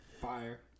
Fire